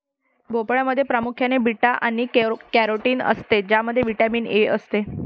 भोपळ्यामध्ये प्रामुख्याने बीटा आणि कॅरोटीन असते ज्यामध्ये व्हिटॅमिन ए असते